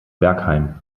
bergheim